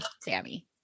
Sammy